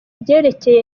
byerekeye